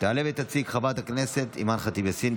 תעלה ותציג חברת הכנסת אימאן ח'טיב יאסין,